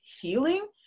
healing